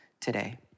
today